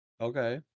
Okay